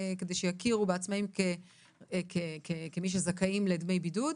כדי שיכירו בעצמאים כמי שזכאים לדמי בידוד.